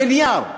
בנייר?